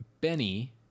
Benny